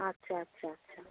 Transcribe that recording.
আচ্ছা আচ্ছা আচ্ছা